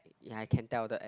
ya can tell the